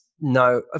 no